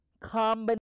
combination